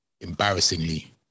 embarrassingly